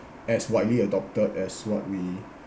as widely adopted as what we